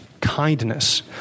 kindness